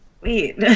Wait